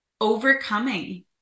overcoming